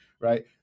right